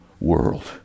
world